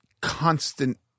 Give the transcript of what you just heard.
constant